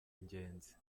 ingenzi